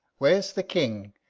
where's the king?